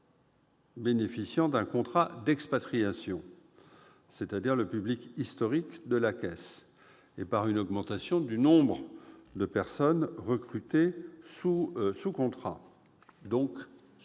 bénéficiant d'un contrat d'expatriation- ces salariés constituent le public historique de la Caisse -, et par une augmentation du nombre de personnes recrutées sous contrat